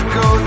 go